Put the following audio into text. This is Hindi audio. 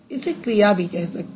इसे क्रिया भी कह सकते हैं